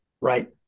right